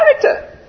character